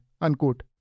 unquote